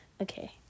Okay